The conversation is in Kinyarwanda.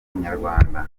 nyarwanda